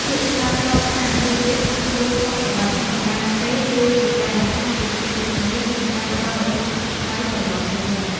ពាក្យឆ្លើយតបថាជឿជាក់ថាខ្លួនសុខសប្បាយធម្មតាទេគឺជាការបង្ហាញពីភាពវិជ្ជមាននិងការផ្ដល់នូវភាពកក់ក្តៅត្រឡប់ទៅវិញ។